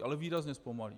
Ale výrazně zpomalí.